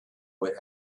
would